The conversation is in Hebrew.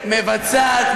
מבצעת,